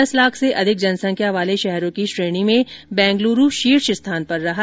दस लाख से अधिक जनसंख्या वाले शहरों की श्रेणी में बेंगलूरू शीर्ष स्थान पर रहा